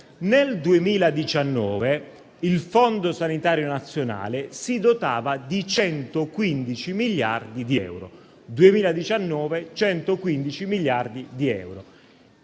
Nel 2019 il Fondo sanitario nazionale si dotava di 115 miliardi di euro.